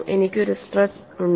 എനിക്ക് ഈ സ്ട്രെസ് ഉണ്ട്